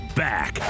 back